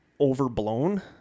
overblown